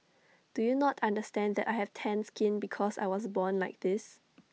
do you not understand that I have tanned skin because I was born like this